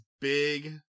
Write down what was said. big